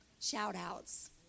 shout-outs